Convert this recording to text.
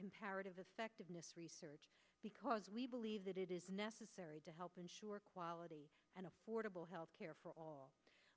comparative effectiveness research because we believe that it is necessary to help ensure quality and affordable health care for all